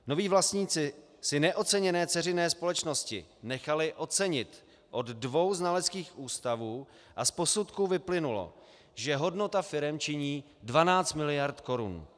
Noví vlastníci si neoceněné dceřiné společnosti nechali ocenit od dvou znaleckých ústavů a z posudků vyplynulo, že hodnota firem činí 12 mld. korun.